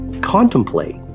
contemplate